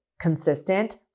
consistent